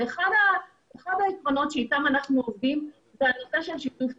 ואחד היתרונות שאיתם אנחנו עובדים זה הנושא של שיתוף הציבור.